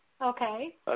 Okay